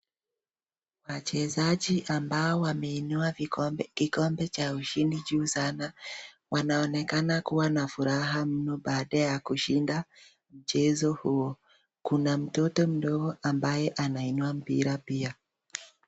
Wachezaji ambao wameinua kikombe cha ushindi juu sana wanaonekana kuwa na furaha mno baada ya kushinda mchezo huo. Kuna mtoto mdogo ambaye anainua mpira pia.